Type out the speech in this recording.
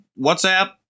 WhatsApp